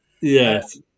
yes